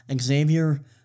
Xavier